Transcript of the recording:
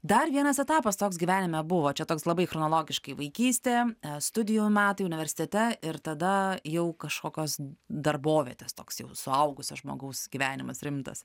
dar vienas etapas toks gyvenime buvo čia toks labai chronologiškai vaikystė studijų metai universitete ir tada jau kažkokios darbovietės toks jau suaugusio žmogaus gyvenimas rimtas